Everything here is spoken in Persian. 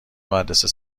مدرسه